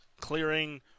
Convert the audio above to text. clearing